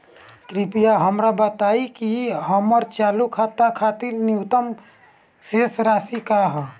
कृपया हमरा बताइं कि हमर चालू खाता खातिर न्यूनतम शेष राशि का ह